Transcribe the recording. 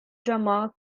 drummer